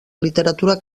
literatura